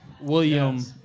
William